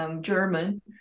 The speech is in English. German